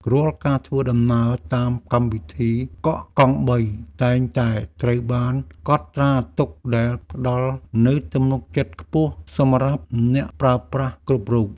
រាល់ការធ្វើដំណើរតាមកម្មវិធីកក់កង់បីតែងតែត្រូវបានកត់ត្រាទុកដែលផ្តល់នូវទំនុកចិត្តខ្ពស់សម្រាប់អ្នកប្រើប្រាស់គ្រប់រូប។